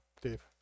dave